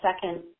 second